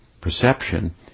perception